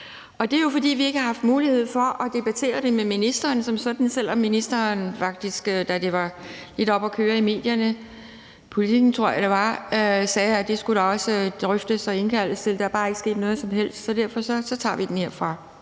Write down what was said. Det er jo, fordi vi ikke har haft mulighed for at debattere det med ministeren som sådan, selv om ministeren faktisk, da det var lidt oppe at køre i medierne – i Politiken tror jeg det var – sagde, at det skulle der også indkaldes til drøftelser af. Der er bare ikke sket noget som helst, så derfor tager vi den her fra